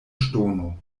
ŝtono